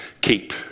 keep